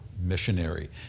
missionary